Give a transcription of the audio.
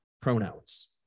pronouns